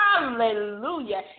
Hallelujah